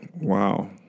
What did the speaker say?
Wow